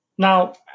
Now